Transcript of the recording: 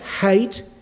hate